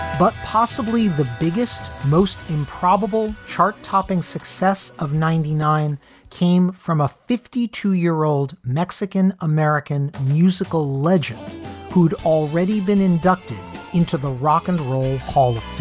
but possibly the biggest, most improbable chart topping success of ninety nine came from a fifty two year old mexican american musical legend who'd already been inducted into the rock and roll hall of